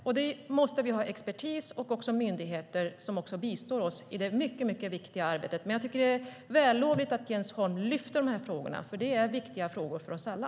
För det behöver vi expertis och myndigheter som bistår oss i det viktiga arbetet. Jag tycker att det är vällovligt att Jens Holm lyfter upp de här frågorna som är viktiga för oss alla.